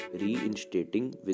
reinstating